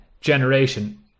generation